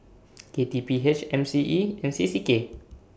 K T P H M C E and C C K